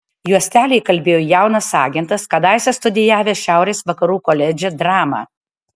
juostelę įkalbėjo jaunas agentas kadaise studijavęs šiaurės vakarų koledže dramą